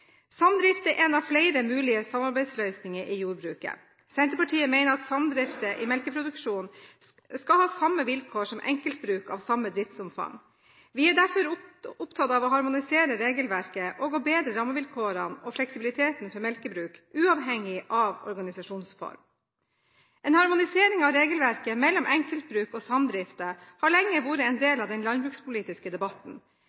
Samdrift er én av flere mulige samarbeidsløsninger i jordbruket. Senterpartiet mener at samdrifter i melkeproduksjon skal ha samme vilkår som enkeltbruk av samme driftsomfang. Vi er derfor opptatt av å harmonisere regelverket og bedre rammevilkårene og fleksibiliteten for melkebruk, uavhengig av organisasjonsform. En harmonisering av regelverket mellom enkeltbruk og samdrifter har lenge vært en del av den landbrukspolitiske debatten,